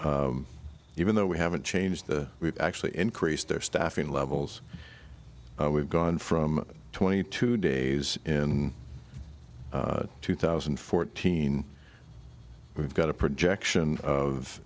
even though we haven't changed the we've actually increased their staffing levels we've gone from twenty two days in two thousand and fourteen we've got a projection of